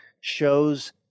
shows